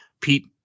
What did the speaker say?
Pete